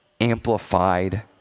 amplified